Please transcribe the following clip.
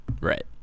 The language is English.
right